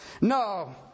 No